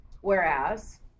Whereas